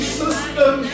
system